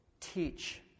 teach